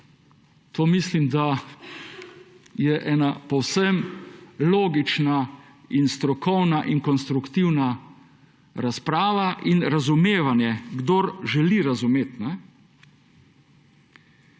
Mislim, da je to ena povsem logična in strokovna in konstruktivna razprava in razumevanje za tistega, ki želi razumeti.